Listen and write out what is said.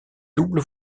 double